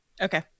Okay